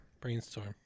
Brainstorm